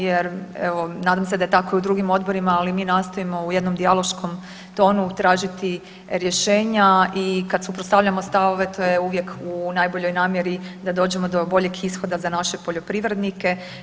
Jer evo nadam se da je tako i u drugim odborima, ali mi nastojimo u jednom dijaloškom tonu tražiti rješenja i kada suprotstavljamo stavove to je uvijek u najboljoj namjeri da dođemo do boljeg ishoda za naše poljoprivrednike.